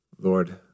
Lord